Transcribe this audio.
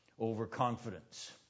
overconfidence